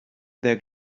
their